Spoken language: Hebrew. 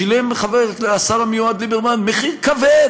שילם השר המיועד ליברמן מחיר כבד,